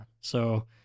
So-